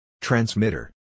Transmitter